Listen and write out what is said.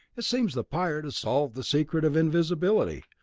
it seems the pirate has solved the secret of invisibility.